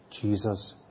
Jesus